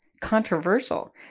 controversial